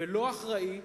ולא אחראי,